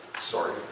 Sorry